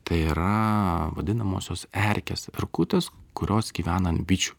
tai yra vadinamosios erkės erkutės kurios gyvena ant bičių